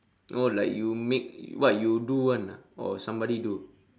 oh like you make what you do [one] ah or somebody do